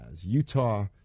Utah